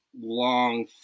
long